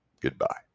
Goodbye